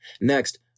Next